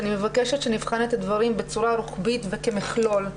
אני מבקשת שנבחן את הדברים בצורה רוחבית וכמכלול.